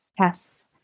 tests